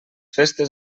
festes